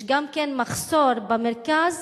יש גם מחסור במרכז